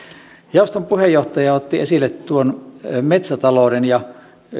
jaoston puheenjohtaja otti esille tuon metsätalouden ja